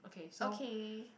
okay